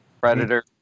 Predator